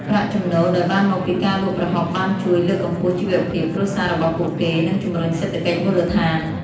ប្រាក់ចំណូលដែលបានមកពីការលក់ប្រហុកបានជួយ លើកកម្ពស់ជីវភាព គ្រួសាររបស់ពួកគេ និងជំរុញសេដ្ឋកិច្ចមូលដ្ឋាន។